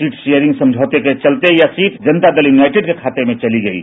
seat sharing समझौते के चलते यह सीट जनता दल यूनाइटेड के खाते में चली गयी है